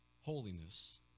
holiness